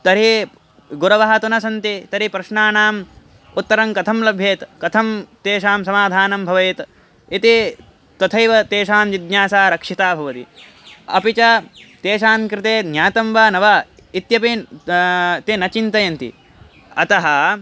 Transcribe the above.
तर्हि गुरवः तु न सन्ति तर्हि प्रश्नानाम् उत्तरं कथं लभ्येत् कथं तेषां समाधानं भवेत् इति तथैव तेषां जिज्ञासा रक्षिता भवति अपि च तेषां कृते ज्ञातं वा न वा इत्यपि ते न चिन्तयन्ति अतः